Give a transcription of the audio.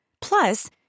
Plus